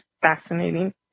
fascinating